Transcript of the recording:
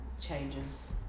changes